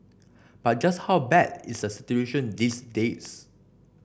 but just how bad is the situation these days